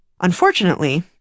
Unfortunately